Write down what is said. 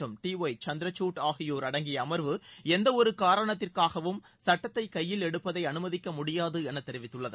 மற்றும் D Y Chandrachud ஆகியோர் அடங்கிய அம்வு எந்தவொரு காரணத்திற்காகவும் சுட்டத்தை கையில் எடுப்பதை அனுமதிக்க முடியாது என தெரிவித்துள்ளது